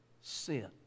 sin